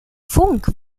funk